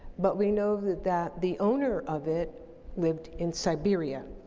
but we know that that the owner of it lived in siberia.